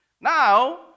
Now